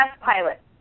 pilot